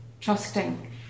trusting